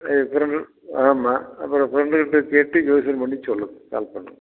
ஆமாம் அப்புறம் ஃப்ரெண்டுங்கள்ட்ட கேட்டு செலக்ஷன் பண்ணி சொல்லுங்கள் கால் பண்ணுங்க